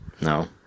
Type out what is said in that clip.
No